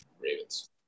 Ravens